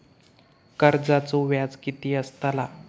कर्जाचो व्याज कीती असताला?